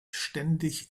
ständig